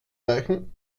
reichen